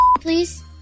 please